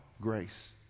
Grace